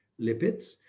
lipids